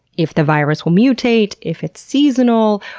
if the virus will mutate, if it's seasonal,